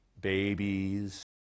babies